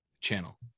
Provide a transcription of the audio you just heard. channel